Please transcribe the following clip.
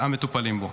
המטופלים בו,